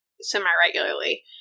semi-regularly